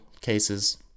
cases